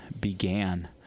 began